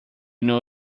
know